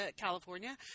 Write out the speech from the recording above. California